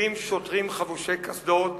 עומדים שוטרים חבושי קסדות,